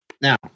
now